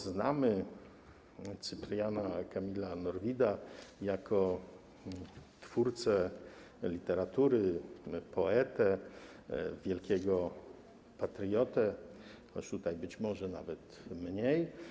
Znamy Cypriana Kamila Norwida jako twórcę literatury, poetę, wielkiego patriotę, choć to być może nawet mniej.